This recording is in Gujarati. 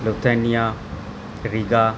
Lithuania Riga